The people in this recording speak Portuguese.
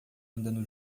andando